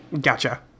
Gotcha